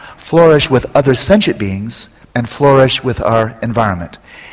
flourish with other sentient beings and flourish with our environment.